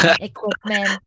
equipment